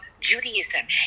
judaism